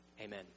Amen